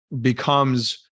becomes